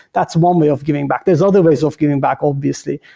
that's one way of giving back. there's other ways of giving back obviously,